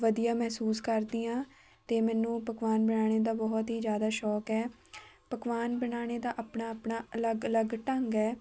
ਵਧੀਆ ਮਹਿਸੂਸ ਕਰਦੀ ਹਾਂ ਅਤੇ ਮੈਨੂੰ ਪਕਵਾਨ ਬਣਾਉਣ ਦਾ ਬਹੁਤ ਹੀ ਜ਼ਿਆਦਾ ਸ਼ੌਕ ਹੈ ਪਕਵਾਨ ਬਣਾਉਣ ਦਾ ਆਪਣਾ ਆਪਣਾ ਅਲੱਗ ਅਲੱਗ ਢੰਗ ਹੈ